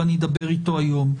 ואני אדבר אתו היום.